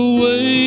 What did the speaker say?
Away